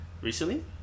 Recently